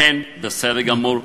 בסדר גמור.